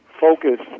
focus